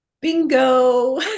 Bingo